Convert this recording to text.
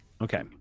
Okay